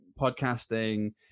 podcasting